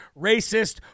racist